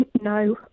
no